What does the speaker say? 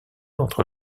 entre